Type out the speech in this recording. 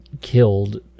killed